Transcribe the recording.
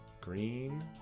Green